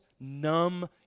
numb